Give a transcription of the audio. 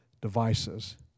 Devices